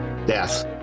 Death